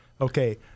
Okay